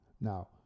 Now